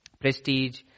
prestige